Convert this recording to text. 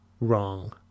wrong